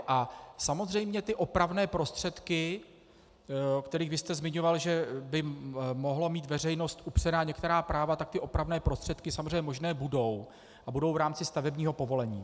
A samozřejmě ty opravné prostředky, o kterých vy jste zmiňoval, že by mohla mít veřejnost upřena některá práva, tak ty opravné prostředky samozřejmě možné budou a budou v rámci stavebního povolení.